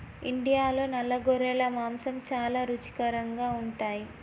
ఇండియాలో నల్ల గొర్రెల మాంసం చాలా రుచికరంగా ఉంటాయి